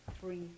three